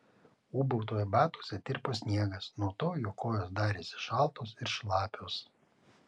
ūbautojo batuose tirpo sniegas nuo to jo kojos darėsi šaltos ir šlapios